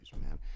man